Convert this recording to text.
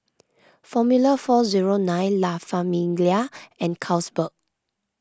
formula four zero nine La Famiglia and Carlsberg